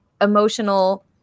emotional